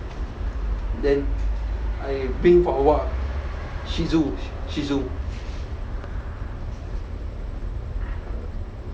then I think for a while shih tzu shih tzu